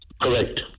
Correct